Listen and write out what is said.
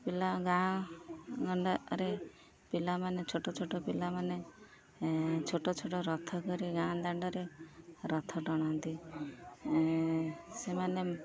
ପିଲା ଗାଁ ଗଣ୍ଡାରେ ପିଲାମାନେ ଛୋଟ ଛୋଟ ପିଲାମାନେ ଛୋଟ ଛୋଟ ରଥ କରି ଗାଁ ଦାଣ୍ଡରେ ରଥ ଟାଣନ୍ତି ସେମାନେ